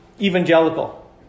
evangelical